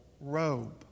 robe